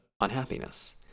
unhappiness